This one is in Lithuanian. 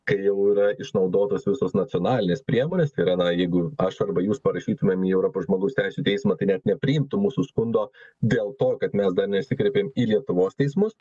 kai jau yra išnaudotos visos nacionalinės priemonėstai yra na jeigu aš arba jūs parašytumėm į europos žmogaus teisių teismą tai net nepriimtų mūsų skundo dėl to kad mes dar nesikreipėm į lietuvos teismus